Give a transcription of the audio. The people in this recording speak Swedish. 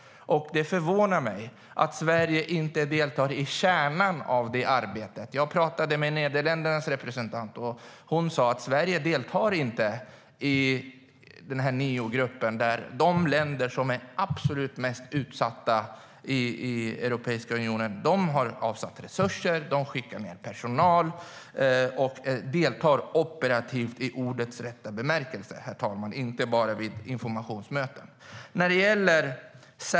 Det förvånar mig att Sverige inte deltar i kärnan av det arbetet. Jag talade med Nederländernas representant. Hon sa att Sverige inte deltar i Niogruppen, där de länder som är mest utsatta i Europeiska unionen har avsatt resurser och personal och deltar operativt i ordets rätta bemärkelse och inte bara vid informationsmöten.